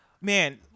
Man